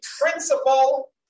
principle